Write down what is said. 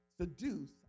seduce